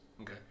Okay